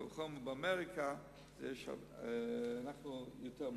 באמריקה, אצלנו יותר.